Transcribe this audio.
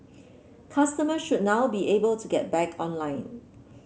customers should now be able to get back online